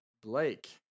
Blake